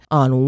on